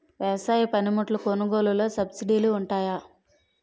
వ్యవసాయ పనిముట్లు కొనుగోలు లొ సబ్సిడీ లు వుంటాయా?